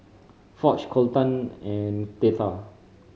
Foch Colton and Theta